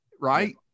Right